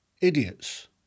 idiots